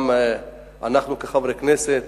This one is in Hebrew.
גם אנחנו כחברי כנסת,